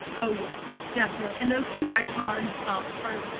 oh, yes, definitely and those two icons um are,